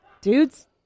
Dudes